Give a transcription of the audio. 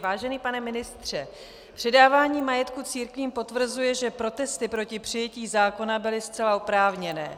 Vážený pane ministře, předávání majetku církvím potvrzuje, že protesty proti přijetí zákona byly zcela oprávněné.